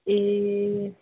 ए